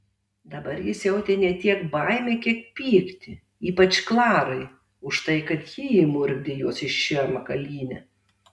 dabar jis jautė ne tiek baimę kiek pyktį ypač klarai už tai kad ji įmurkdė juos į šią makalynę